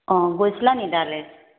অঁ গৈছিলা নি তালৈ